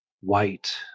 white